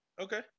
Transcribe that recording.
Okay